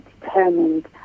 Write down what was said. determined